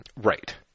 Right